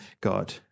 God